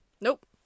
Nope